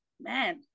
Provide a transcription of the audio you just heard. man